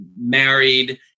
married